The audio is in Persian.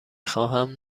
خواهم